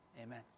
Amen